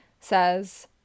says